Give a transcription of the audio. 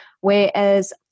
Whereas